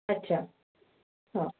अच्छा हो